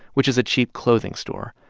which is a cheap clothing store.